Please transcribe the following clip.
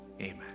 amen